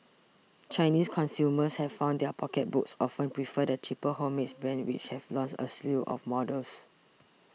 Chinese consumers have found their pocketbooks often prefer the cheaper homemade brands which have launched a slew of models